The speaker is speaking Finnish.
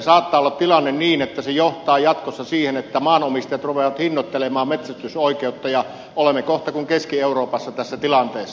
saattaa olla tilanne niin että se johtaa jatkossa siihen että maanomistajat rupeavat hinnoittelemaan metsästysoikeutta ja olemme kohta kuin keski euroopassa tässä tilanteessa